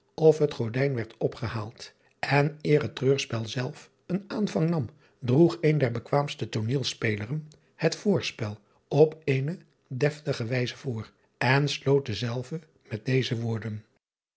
of het gordijn werd opgehaald en eer het reurspel zelf een aanvang nam droeg een der bekwaamste ooneelspeleren het oorspel op eene destige wijze voor en sloot hetzelve met deze woorden